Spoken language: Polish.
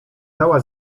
dała